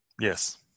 Yes